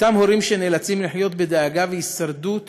אותם הורים שנאלצים לחיות בדאגה והישרדות יומיומית,